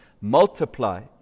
multiply